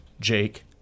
Jake